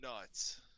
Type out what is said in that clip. nuts